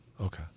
Okay